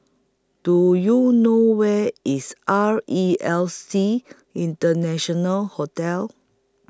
Do YOU know Where IS R E L C International Hotel